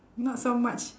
not so much